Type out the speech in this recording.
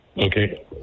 Okay